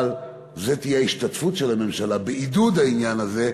אבל זאת תהיה ההשתתפות של הממשלה בעידוד העניין הזה.